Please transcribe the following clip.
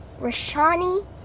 Rashani